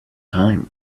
time